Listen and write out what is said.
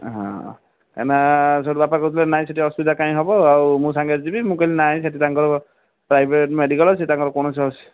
ହ ଏନ ସେଉଠୁ ବାପା କହୁଥିଲେ ନାଇଁ ସେଠି ଅସୁବିଧା କାଇଁ ହେବ ଆଉ ମୁଁ ସାଙ୍ଗରେ ଯିବି ମୁଁ କହିଲି ନାଇଁ ସେଠି ତାଙ୍କ ପ୍ରାଇଭେଟ୍ ମେଡ଼ିକାଲ୍ ସେ ତାଙ୍କର କୌଣସି